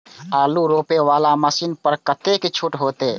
आलू रोपे वाला मशीन पर कतेक छूट होते?